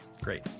Great